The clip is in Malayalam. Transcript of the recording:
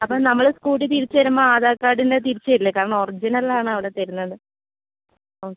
അപ്പോൾ നമ്മൾ സ്കൂട്ടി തിരിച്ചുതരുമ്പോൾ അധാർ കാർഡിൻ്റെ തിരിച്ചുതരില്ലേ കാരണം ഒറിജിനൽ ആണ് അവിടെ തരുന്നത് ഓക്കെ